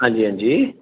हां जी हां जी